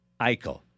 Eichel